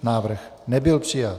Návrh nebyl přijat.